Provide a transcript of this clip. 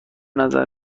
نظر